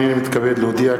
הנני מתכבד להודיע,